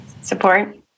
Support